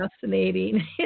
fascinating